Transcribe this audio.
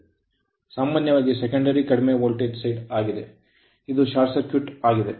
ಸಾಮಾನ್ಯವಾಗಿ ಸೆಕೆಂಡರಿ ಕಡಿಮೆ voltage side ಆಗಿದೆ ಇದು ಶಾರ್ಟ್ ಸರ್ಕ್ಯೂಟ್ ಆಗಿದೆ